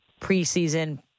preseason